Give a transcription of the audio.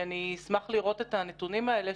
אשמח לראות את הנתונים האלה,